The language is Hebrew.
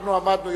אנחנו עמדנו,